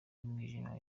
y’umwijima